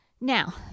Now